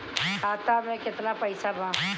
खाता में केतना पइसा बा?